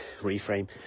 reframe